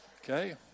Okay